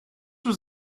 was